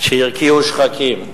שהרקיעו שחקים.